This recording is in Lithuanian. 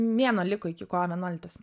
mėnuo liko iki kovo vienuoliktos